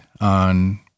on